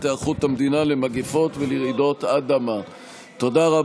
היערכות המדינה למגפות ולרעידות אדמה נתקבלה.